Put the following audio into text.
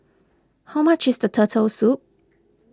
how much is the Turtle Soup